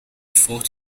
فوت